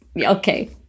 okay